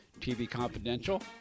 tvconfidential